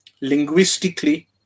linguistically